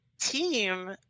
team